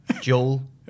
Joel